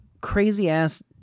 crazy-ass